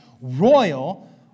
Royal